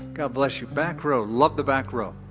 god bless you. back row, love the back row.